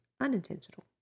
unintentional